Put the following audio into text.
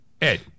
Ed